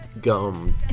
gum